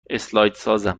اسلایدسازم